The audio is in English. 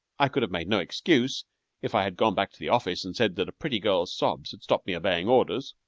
i could have made no excuse if i had gone back to the office and said that a pretty girl's sobs had stopped me obeying orders.